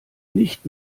nicht